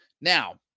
Now